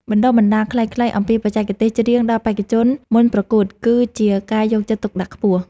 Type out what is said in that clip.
បណ្ដុះបណ្ដាលខ្លីៗអំពីបច្ចេកទេសច្រៀងដល់បេក្ខជនមុនប្រកួតគឺជាការយកចិត្តទុកដាក់ខ្ពស់។